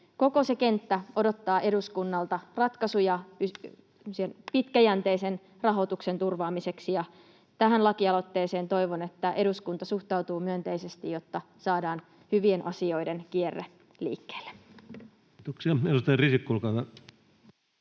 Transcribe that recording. koko se kenttä odottaa eduskunnalta ratkaisuja pitkäjänteisen rahoituksen turvaamiseksi. Toivon, että eduskunta suhtautuu myönteisesti tähän lakialoitteeseen, jotta saadaan hyvien asioiden kierre liikkeelle. Kiitoksia. — Edustaja Risikko, olkaa